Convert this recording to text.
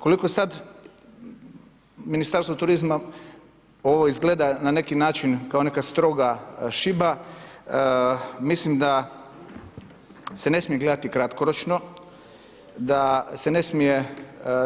Koliko sad Ministarstvo turizma ovo izgleda na neki način kao neka stroga šiba, mislim da se ne smije gledati kratkoročno, da se ne smije